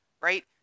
right